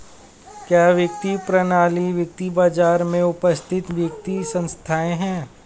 क्या वित्तीय प्रणाली वित्तीय बाजार में उपस्थित वित्तीय संस्थाएं है?